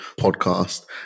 podcast